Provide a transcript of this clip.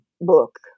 book